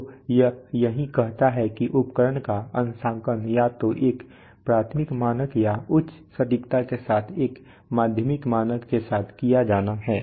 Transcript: तो यह यही कहता है कि उपकरण का अंशांकन या तो एक प्राथमिक मानक या उच्च सटीकता के साथ एक माध्यमिक मानक के साथ किया जाना है